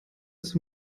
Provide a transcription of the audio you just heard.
ist